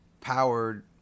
Powered